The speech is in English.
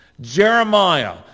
Jeremiah